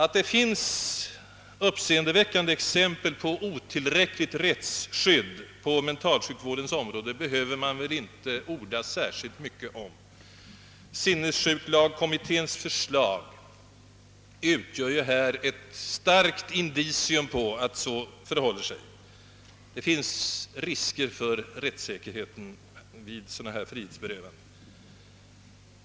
Att det finns uppseendeväckande exempel på otillräckligt rättsskydd på mentalsjukvårdens område behöver man väl inte orda särskilt mycket om. Sinnessjuklagkommitténs förslag utgör ju ett starkt indicium på att det förhåller sig så. Det finns uppenbarligen vissa risker för rättssäkerheten vid frihetsberövanden av mentalt sjuka.